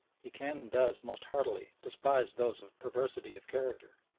he can and does most heartily despise those of perversity of character,